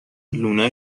لونه